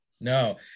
No